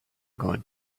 going